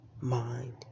mind